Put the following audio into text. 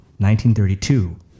1932